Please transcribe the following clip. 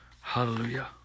Hallelujah